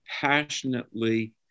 passionately